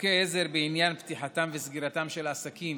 (חוקי עזר בעניין פתיחתם וסגירתם של עסקים